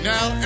Now